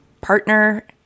partner